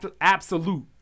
absolute